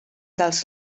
dels